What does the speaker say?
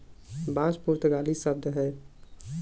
बांस पुर्तगाली शब्द हौ